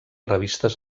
revistes